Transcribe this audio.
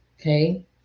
Okay